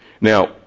Now